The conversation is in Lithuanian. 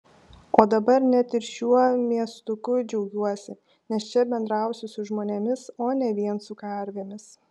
o dabar net ir šiuo miestuku džiaugiuosi nes čia bendrausiu su žmonėmis o ne vien su karvėmis